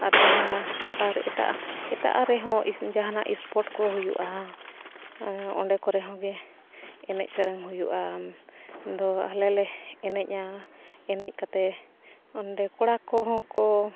ᱟᱨ ᱡᱟᱦᱟᱸ ᱟᱨ ᱮᱴᱟᱜ ᱮᱴᱟᱜ ᱨᱮᱦᱚᱸ ᱡᱟᱦᱟᱱᱟᱜ ᱥᱯᱳᱨᱴ ᱠᱚ ᱦᱩᱭᱩᱜᱼᱟ ᱚᱸᱰᱮ ᱠᱚᱨᱮ ᱦᱚᱸ ᱜᱮ ᱮᱱᱮᱡ ᱥᱮᱨᱮᱧ ᱦᱩᱭᱩᱜ ᱟᱫᱚ ᱟᱞᱮ ᱞᱮ ᱮᱱᱮᱡᱼᱟ ᱮᱱᱮᱡ ᱠᱟᱛᱮ ᱚᱸᱰᱮ ᱠᱚᱲᱟ ᱠᱚᱦᱚᱸ ᱠᱚ